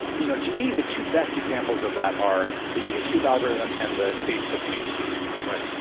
you know, to me, the two best examples of that are the youtube algorithm and the facebook news feed. right,